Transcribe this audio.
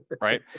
right